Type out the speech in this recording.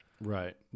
Right